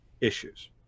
issues